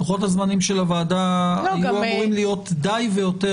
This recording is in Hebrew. לוחות הזמנים של הוועדה היו אמורים להיות די והותר,